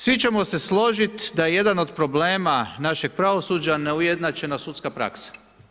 Svi ćemo se složiti da jedan od problema našeg pravosuđa je neujednačena sudska praksa.